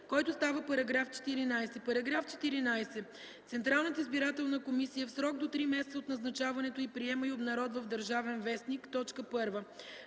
който става § 14: „§ 14. Централната избирателна комисия в срок до три месеца от назначаването й приема и обнародва в „Държавен вестник”: